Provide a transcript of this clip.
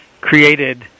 created –